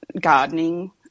gardening